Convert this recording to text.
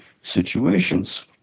situations